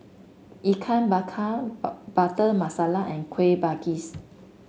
Ikan Bakar Butter Masala and Kuih Manggis